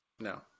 no